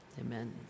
amen